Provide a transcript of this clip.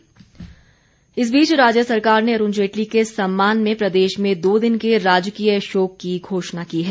राज्य शोक इस बीच राज्य सरकार ने अरूण जेटली के सम्मान में प्रदेश में दो दिन के राजकीय शोक की घोषणा की है